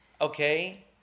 Okay